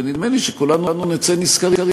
ונדמה לי שכולנו נצא נשכרים.